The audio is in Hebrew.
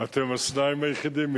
אתם השניים היחידים,